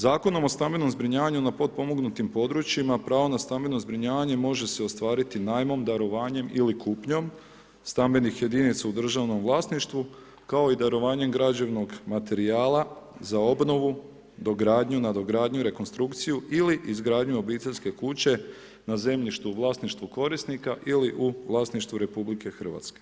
Zakonom o stambenom zbrinjavanju na potpomognutim područjima pravo na stambeno zbrinjavanje može se ostvariti najmom, darovanjem ili kupnjom stambenih jedinica u državnom vlasništvu, kao i darovanjem građevnog materijala za obnovu, dogradnju, nadogradnju, rekonstrukciju ili izgradnju obiteljske kuće na zemljištu u vlasništvu korisnika ili u vlasništvu RH.